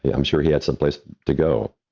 i'm sure he had someplace to go.